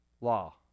law